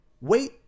Wait